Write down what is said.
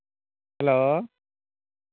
hello